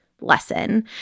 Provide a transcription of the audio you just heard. lesson